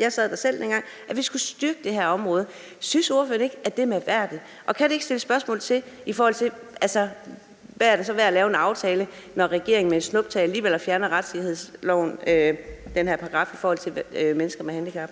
jeg sad der selv dengang, at vi skulle styrke det her område. Synes ordføreren ikke, at det er mærkværdigt? Og kan man ikke stille spørgsmål til, hvad det så er værd at lave en aftale, når regeringen med et snuptag alligevel fjerner den her paragraf i retssikkerhedsloven i forhold til mennesker med handicap?